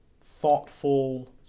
thoughtful